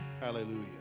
Hallelujah